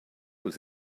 was